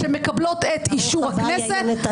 שמקבלים את אישור הכנסת -- ברוך הבא יאיר נתניהו,